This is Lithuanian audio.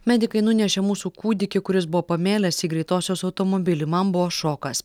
medikai nunešė mūsų kūdikį kuris buvo pamėlęs į greitosios automobilį man buvo šokas